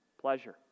pleasure